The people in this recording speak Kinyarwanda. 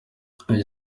josee